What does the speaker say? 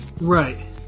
Right